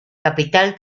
capital